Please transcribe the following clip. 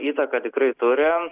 įtaką tikrai turi